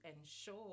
ensure